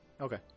Okay